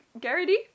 Garrity